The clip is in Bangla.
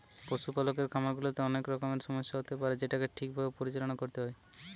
পশুপালকের খামার গুলাতে অনেক রকমের সমস্যা হতে পারে যেটোকে ঠিক ভাবে পরিচালনা করতে হয়